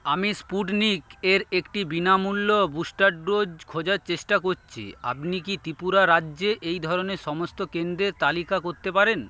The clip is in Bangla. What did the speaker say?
আমি স্পুটনিকের একটি বিনামূল্য বুস্টার ডোজ খোঁজার চেষ্টা করছি আপনি কি ত্রিপুরা রাজ্যে এই ধরণের সমস্ত কেন্দ্রের তালিকা করতে পারেন